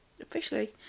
officially